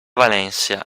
valencia